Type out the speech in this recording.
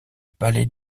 palais